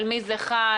על מי זה חל?